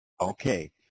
Okay